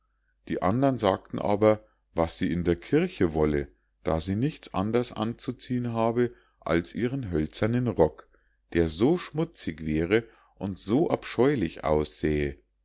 die andern sagten aber was sie in der kirche wolle da sie nichts anders anzuziehen habe als ihren hölzernen rock der so schmutzig wäre und so abscheulich aussähe